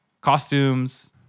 costumes